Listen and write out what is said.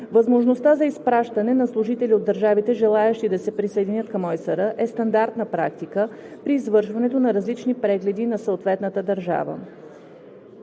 Възможността за изпращане на служители от държавите, желаещи да се присъединят към ОИСР, е стандартна практика при извършването на различни прегледи на съответната държава.